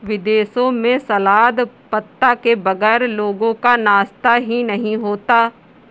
विदेशों में सलाद पत्ता के बगैर लोगों का नाश्ता ही नहीं होता